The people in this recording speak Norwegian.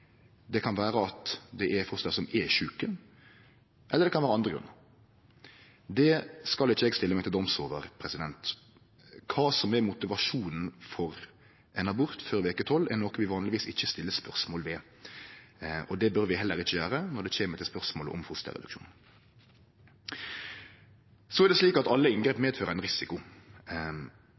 det kan vere at det er foster som er sjuke – eller det kan vere andre grunnar. Det skal ikkje eg setje meg til doms over. Kva som er motivasjonen for ein abort før veke tolv, er noko vi vanlegvis ikkje stiller spørsmål ved. Det bør vi heller ikkje gjere når det kjem til spørsmålet om fosterreduksjon. Alle inngrep medfører ein risiko. Det at